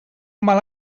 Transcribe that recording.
mal